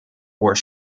were